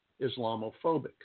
Islamophobic